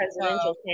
presidential